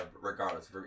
regardless